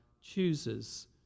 chooses